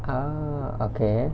ah okay